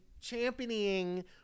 championing